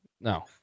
No